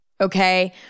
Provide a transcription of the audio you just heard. Okay